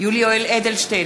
יולי יואל אדלשטיין,